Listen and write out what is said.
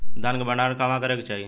धान के भण्डारण कहवा करे के चाही?